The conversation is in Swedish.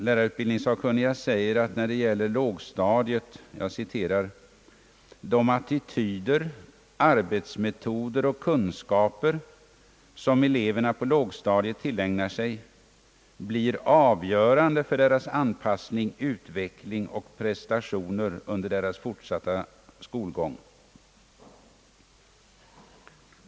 Lärarutbildningssakkunniga säger: »De attityder, arbetsmetoder och kunskaper, som eleverna på lågstadiet tillägnar sig, blir avgörande för deras anpassning, utveckling och prestationer under deras fortsatta skolgång.